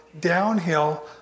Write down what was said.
downhill